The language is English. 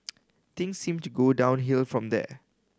things seemed to go downhill from there